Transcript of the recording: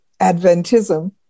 Adventism